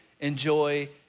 enjoy